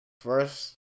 first